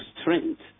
strength